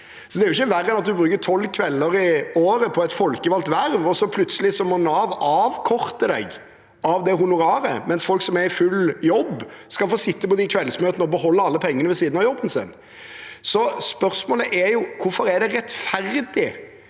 Det skal ikke mer til enn at en bruker 12 kvelder i året på et folkevalgt verv, og så må plutselig Nav avkorte trygden pga. honoraret – mens folk som er i full jobb, skal få sitte på disse kveldsmøtene og beholde alle pengene ved siden av jobbinntekten sin. Spørsmålet er hvorfor det er rettferdig